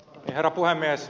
herra puhemies